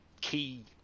key